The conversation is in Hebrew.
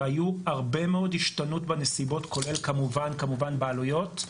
והיו הרבה מאוד השתנות בנסיבות כולל כמובן בעלויות,